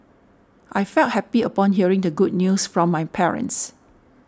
I felt happy upon hearing the good news from my parents